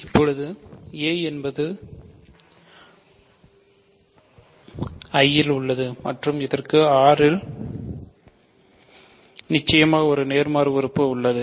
இப்போது a என்பது I இல் உள்ளது மற்றும் இதற்கு R ல் நிச்சயமாக ஒரு நேர்மாறு உறுப்பு உள்ளது